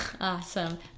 awesome